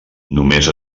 només